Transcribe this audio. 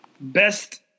Best